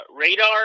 Radar